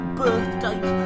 birthday